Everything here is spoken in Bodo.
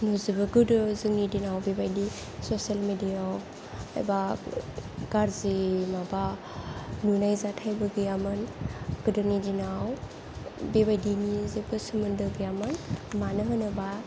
नुजोबो गोदो जोंनि दिनाव बेबायदि ससियेल मिडियायाव एबा गाज्रि माबा नुनाय जाथायबो गैयामोन गोदोनि दिनाव बेबायदिनि जेबो सोमोन्दो गैयामोन मानो होनोबा